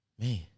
Man